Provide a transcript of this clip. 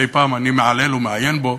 מדי פעם אני מעלעל ומעיין בו,